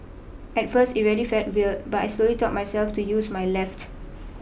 at first it really felt weird but I slowly taught myself to use my left